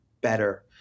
better